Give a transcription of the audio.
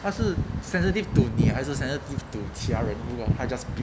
他是 sensitive to 你还是 sensitive to 家人 in your house just beat